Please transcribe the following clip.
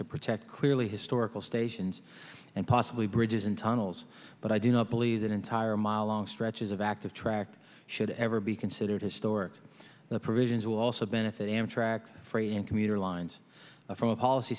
to protect clearly historical stations and possibly bridges and tunnels but i do not believe that entire mile long stretches of active tract should ever be considered historic the provisions will also benefit amtrak freight and commuter lines from a policy